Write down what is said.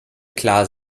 klar